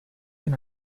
can